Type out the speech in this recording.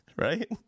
right